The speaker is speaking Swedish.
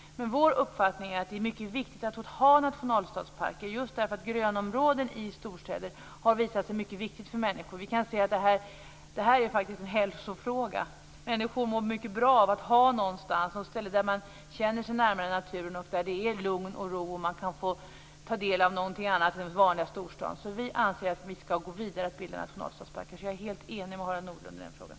Vår uppfattning är att det är mycket viktigt att ha nationalstadsparker just därför att grönområden i storstäder har visat sig mycket viktigt för människor. Vi kan se att det faktiskt är en hälsofråga. Människor mår mycket bra av att ha ett ställe där de känner sig närmare naturen, där det är lugn och ro och där de kan få ta del av någonting annat än den vanliga storstaden. Vi anser att vi ska gå vidare med att bilda nationalstadsparker, så jag är helt överens med Harald Nordlund i den frågan.